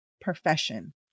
profession